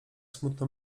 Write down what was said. smutno